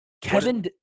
Kevin